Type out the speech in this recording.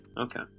okay